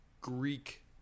Greek